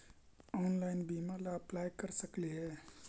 Online बीमा ला apply कर सकली हे?